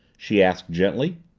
she asked gently.